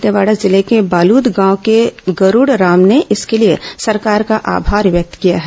दंतेवाडा जिले के बालद गांव के गरूड राम ने इसके लिए सरकार का आभार व्यक्त किया है